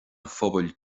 phobail